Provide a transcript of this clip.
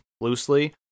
loosely